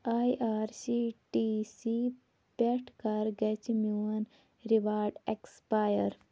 I R C T C پٮ۪ٹھ کَر گَژھِ میٛون ریوارڑ ایکسپایر